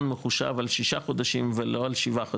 מחושב על ששה חודשים ולא על שבעה חודשים,